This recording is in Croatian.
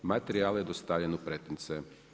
Materijal je dostavljen u pretince.